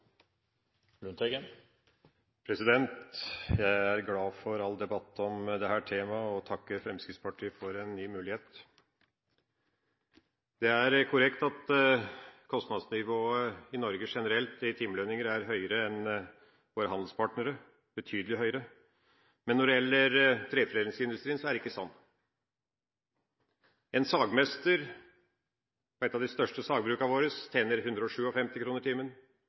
bra. Jeg er glad for all debatt om dette temaet, og takker Fremskrittspartiet for en ny mulighet. Det er korrekt at kostnadsnivået i Norge generelt med tanke på timelønninger er høyere enn våre handelspartneres – betydelig høyere – men når det gjelder treforedlingsindustrien, er ikke det sant. En sagmester på et av de største sagbrukene våre tjener 157 kr timen,